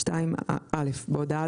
(2) (א)בהודעה